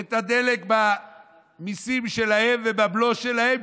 את הדלק במיסים שלהם ובבלו שלהם,